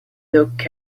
look